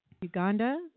Uganda